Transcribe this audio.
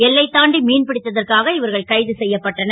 எல்லைத் தாண்டி மீன்பிடித்ததற்காக இவர்கள் கைது செ யப்பட்டனர்